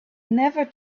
never